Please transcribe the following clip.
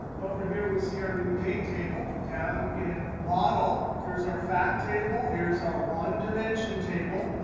over here we see our new date table. down in model, here's our fact table. here's our one dimension table.